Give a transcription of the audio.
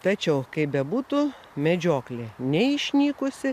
tačiau kaip bebūtų medžioklė neišnykusi